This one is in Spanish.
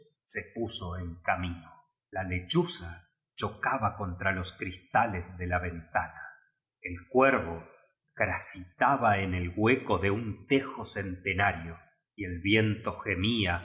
se puso en camino la lechaza rhoeabaeontra los cristales de la ventana el cuervo crascitaba en el hueco de un tejo centenario v el viento gemía